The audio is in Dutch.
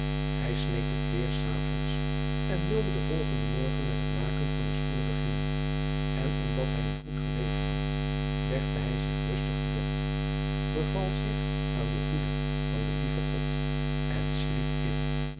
hij sneed het leêr s avonds en wilde den volgenden morgen met het maken van de schoenen beginnen en omdat hij een goed geweten had legde hij zich rustig te bed beval zich aan de hoede van den lieven god en sliep in